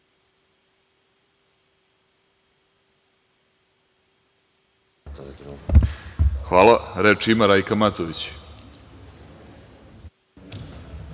vam. Reč ima Rajka Matović.